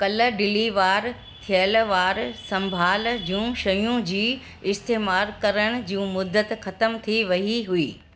कल डिलीवार थियल वार संभाल जूं शयूं जी इस्तेमालु करण जी मुदत ख़तमु थी वई हुई